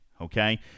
okay